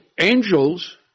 angels